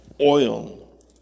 oil